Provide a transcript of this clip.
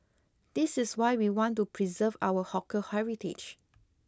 this is why we want to preserve our hawker heritage